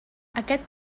aquest